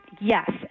yes